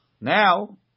Now